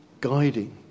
guiding